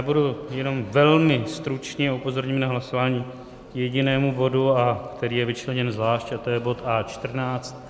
Budu jenom velmi stručný a upozorním na hlasování k jedinému bodu, který je vyčleněn zvlášť, a to je bod A14.